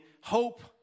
hope